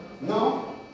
No